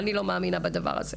אני לא מאמינה בדבר הזה.